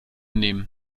nehmen